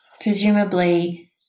presumably